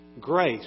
GRACE